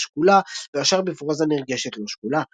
שקולה והשאר בפרוזה נרגשת לא-שקולה.